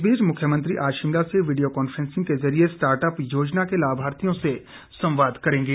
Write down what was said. इस बीच मुख्यमंत्री आज शिमला से वीडियो कांफ्रैसिंग के जरिए स्टार्ट अप योजना के लाभार्थियों से संवाद करेंगे